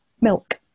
milk